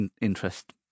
interest